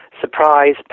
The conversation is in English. surprise